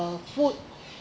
uh food